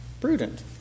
Prudent